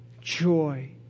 Joy